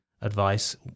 advice